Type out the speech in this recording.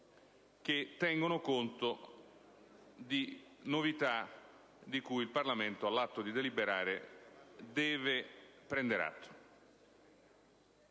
che tengono conto di novità di cui il Parlamento, all'atto di deliberare, deve prendere atto.